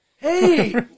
Hey